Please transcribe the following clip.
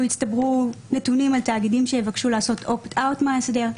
יצטברו נתונים על תאגידים שיבקשו לעשות אופט-אאוט מאסדר,